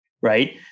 right